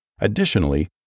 Additionally